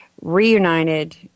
reunited